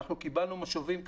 קיבלנו משובים.